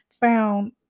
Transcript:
found